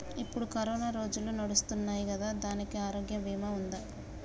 ఇప్పుడు కరోనా రోజులు నడుస్తున్నాయి కదా, దానికి ఆరోగ్య బీమా ఉందా?